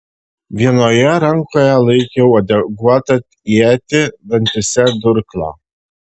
vienoje rankoje laikė uodeguotą ietį dantyse durklą